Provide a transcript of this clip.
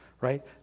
right